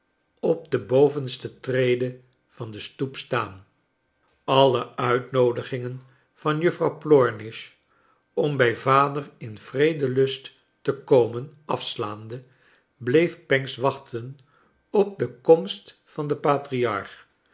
op de bovenste trede van de stoep staan alle uitnoodigingen van juffrouw plornish om btj vader in vredelust te t komen afslaande bleef pancks wachten op de komst van den patriarch